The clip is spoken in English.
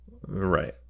Right